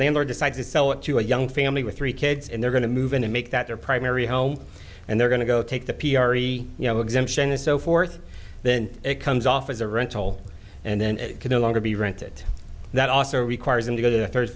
landlord decides to sell it to a young family with three kids and they're going to move in and make that their primary home and they're going to go take the p r t you know exemption and so forth then it comes off as a rental and then it can no longer be rented that also requires him to go to the third